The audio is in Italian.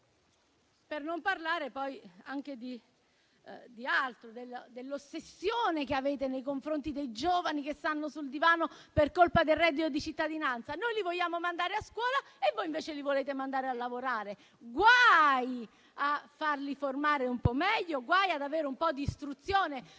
Per non parlare poi anche dell'ossessione che avete nei confronti dei giovani che stanno sul divano per colpa del reddito di cittadinanza. Noi li vogliamo mandare a scuola e voi invece li volete mandare a lavorare. Guai a farli formare un po' meglio e guai ad avere un po' di istruzione: